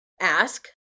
ask